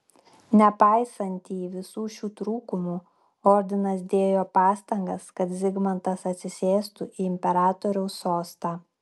nepaisantį visų šių trūkumų ordinas dėjo pastangas kad zigmantas atsisėstų į imperatoriaus sostą